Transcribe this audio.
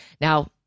Now